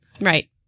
Right